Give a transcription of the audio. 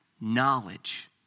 knowledge